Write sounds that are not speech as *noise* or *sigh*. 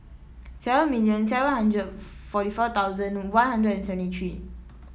seven million seven hundred *unintelligible* forty four thousand One Hundred and seventy three